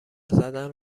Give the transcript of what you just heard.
زدن